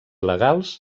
legals